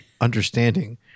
understanding